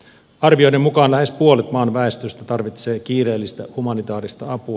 arvioiden mukaan lähes puolet maan väestöstä tarvitsee kiireellistä humanitaarista apua